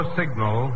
signal